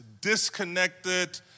disconnected